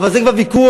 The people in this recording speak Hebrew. אבל זה כבר ויכוח